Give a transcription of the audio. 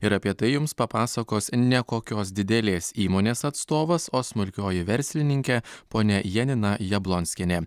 ir apie tai jums papasakos ne kokios didelės įmonės atstovas o smulkioji verslininkė ponia janina jablonskienė